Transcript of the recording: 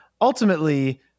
ultimately